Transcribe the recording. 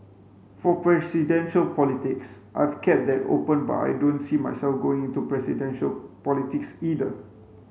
for presidential politics I've kept that open but I don't see myself going into presidential politics either